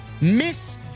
Miss